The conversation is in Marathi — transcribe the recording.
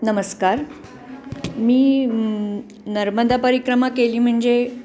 नमस्कार मी नर्मदा पारिक्रमा केली म्हणजे